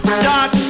start